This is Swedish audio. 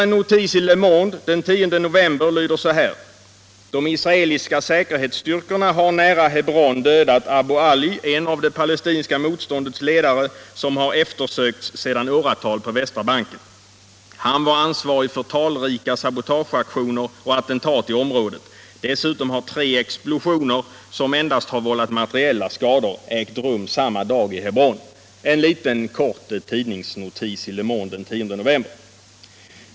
En notis i Le Monde den 10 november lyder så här: ”De isrealiska säkerhetsstyrkorna har nära Hebron dödat Abu Ali, en av det palestinska motståndets ledare som har eftersökts sedan åratal på Västra banken. Han var ansvarig för talrika sabotageaktioner och attentat i området. Dessutom har tre explosioner, som endast har vållat materiella skador, ägt rum samma dag i Hebron.” En liten kort notis i Le Monde den 10 november.